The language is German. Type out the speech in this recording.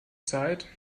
zeit